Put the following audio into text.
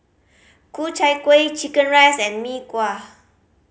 Ku Chai Kueh chicken rice and Mee Kuah